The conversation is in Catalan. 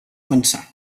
pensar